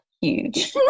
huge